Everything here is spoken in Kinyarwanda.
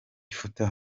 ifoto